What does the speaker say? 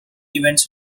events